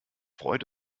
freut